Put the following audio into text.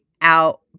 Out